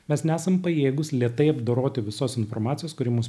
mes nesam pajėgūs lėtai apdoroti visos informacijos kuri mus